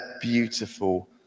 beautiful